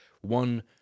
one